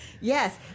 Yes